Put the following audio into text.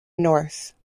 norse